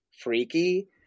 freaky